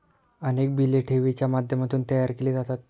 अनेक बिले ठेवींच्या माध्यमातून तयार केली जातात